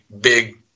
big